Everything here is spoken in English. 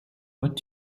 what